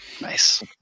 Nice